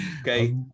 Okay